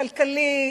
כלכלי,